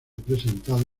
presentado